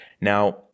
Now